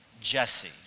Jesse